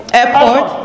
airport